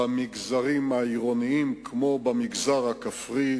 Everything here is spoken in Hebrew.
במגזרים העירוניים, כמו במגזר הכפרי,